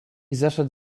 zeszedł